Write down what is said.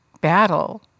battle